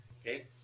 Okay